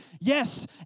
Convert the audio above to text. Yes